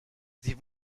sie